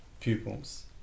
pupils